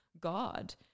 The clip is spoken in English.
God